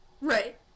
Right